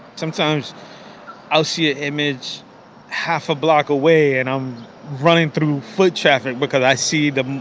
sometimes i'll see image half a block away and i'm running through foot traffic because i see them.